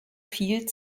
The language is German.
viel